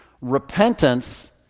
repentance